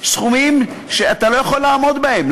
סכומים שאתה לא יכול לעמוד בהם.